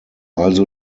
also